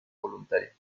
voluntaria